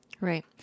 Right